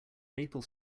maple